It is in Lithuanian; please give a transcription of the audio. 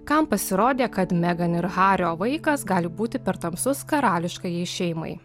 kam pasirodė kad megan ir hario vaikas gali būti per tamsus karališkajai šeimai